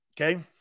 Okay